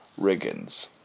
riggins